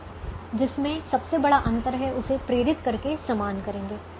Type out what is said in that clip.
तो जिसमें सबसे बड़ा अंतर है उसे प्रेरित करके सामान करेंगे